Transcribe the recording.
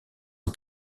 aux